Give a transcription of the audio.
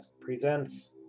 presents